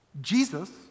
Jesus